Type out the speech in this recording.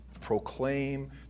Proclaim